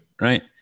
right